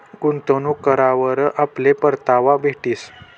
गुंतवणूक करावर आपले परतावा भेटीस